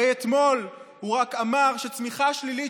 הרי רק אתמול הוא אמר שצמיחה שלילית